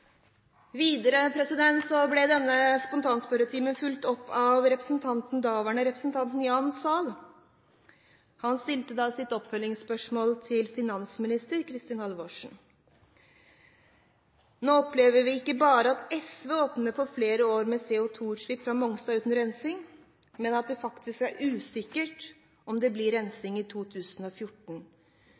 daværende representant Jan Sahl. Han stilte sitt oppfølgingsspørsmål til finansminister Kristin Halvorsen: «Nå opplever vi ikke bare at SV åpner for flere år med CO2-utslipp fra Mongstad uten rensing, men at det faktisk er usikkert om det blir rensing i 2014.